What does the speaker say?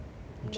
no